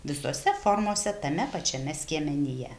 visose formose tame pačiame skiemenyje